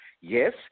Yes